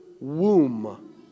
womb